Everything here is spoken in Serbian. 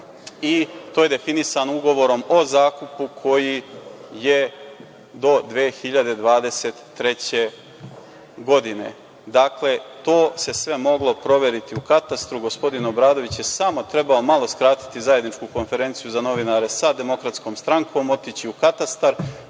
i to je definisano ugovorom o zakupu koji je do 2023. godine. Dakle, to se sve moglo proveriti u katastru. Gospodin Obradović je samo trebao malo skratiti zajedničku konferenciju za novinare sa DS, otići u katastar